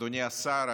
אדוני השר,